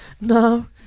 No